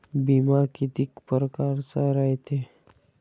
बिमा कितीक परकारचा रायते?